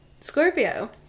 Scorpio